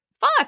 fuck